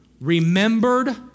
remembered